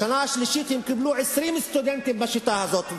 בשנה השלישית קיבלו 20 סטודנטים בשיטה הזאת.